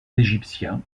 égyptiens